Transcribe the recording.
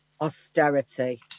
Austerity